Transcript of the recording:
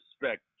respect